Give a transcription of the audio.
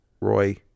Roy